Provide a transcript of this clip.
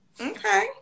Okay